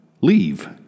leave